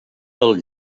del